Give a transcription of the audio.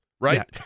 right